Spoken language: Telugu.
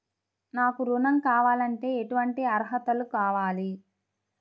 నాకు ఋణం కావాలంటే ఏటువంటి అర్హతలు కావాలి?